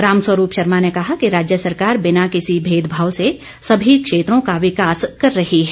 रामस्वरूप शर्मा ने कहा कि राज्य सरकार बिना किसी भेदभाव से सभी क्षेत्रों का विकास कर रही है